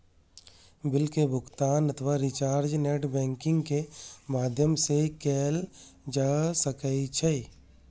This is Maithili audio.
बिल के भुगातन अथवा रिचार्ज नेट बैंकिंग के माध्यम सं कैल जा सकै छै